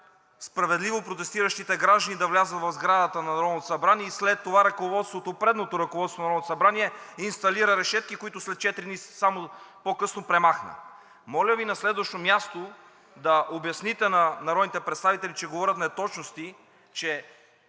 справедливо протестиращите граждани да влязат в сградата на Народното събрание. И след това предното ръководство на Народното събрание инсталира решетки, които само четири дни по късно премахна. Моля Ви, на следващо място, да обясните на народните представители, че говорят неточности,